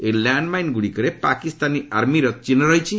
ଏହି ଲ୍ୟାଣ୍ଡ ମାଇନ୍ଗୁଡ଼ିକରେ ପାକିସ୍ତାନୀ ଆର୍ମିର ଚିହ୍ ରହିଛି